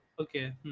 okay